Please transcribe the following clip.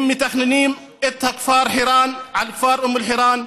הם מתכננים את הכפר חירן על הכפר אום אל-חיראן,